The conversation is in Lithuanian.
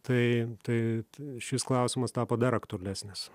tai tai šis klausimas tapo dar aktualesnis